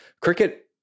cricket